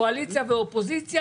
קואליציה ואופוזיציה,